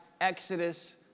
exodus